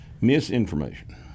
Misinformation